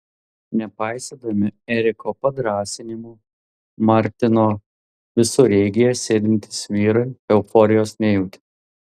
nepaisydami eriko padrąsinimų martino visureigyje sėdintys vyrai euforijos nejautė